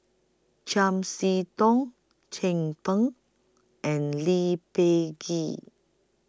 Chiam See Tong Chin Peng and Lee Peh Gee